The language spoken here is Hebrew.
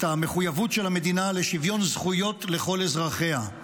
את המחויבות של המדינה לשוויון זכויות לכל אזרחיה.